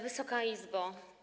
Wysoka Izbo!